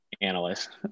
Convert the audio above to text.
analyst